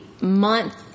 month